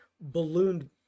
ballooned